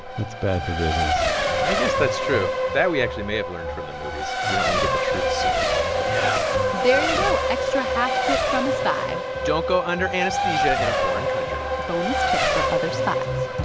that's bad for business i guess that's true. that, we actually may have learned from the movies. you don't want to get the truth serum yeah there you go extra half tip from a spy don't go under anesthesia in a foreign country bonus tip for other spies